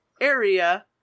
area